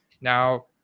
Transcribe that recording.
now